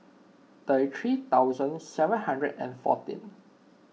thirty three thousand seven hundred and fourteen